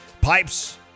Pipes